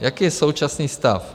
Jaký je současný stav?